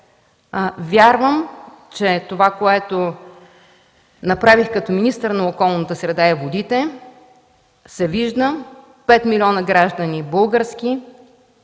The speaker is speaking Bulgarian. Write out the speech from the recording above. Вярвам, че това, което направих като министър на околната среда и водите, се вижда. Пет милиона български